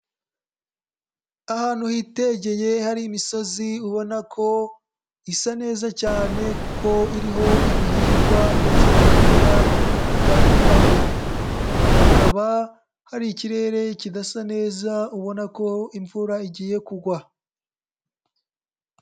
Ahantu hitegeye hari imisozi ubona ko isa neza cyane kuko iriho ibihingwa ndetse n'ibimera bitandukanye, hakaba hari ikirere kidasa neza ubona ko imvura igiye kugwa.